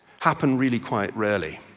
happen really quite rarely.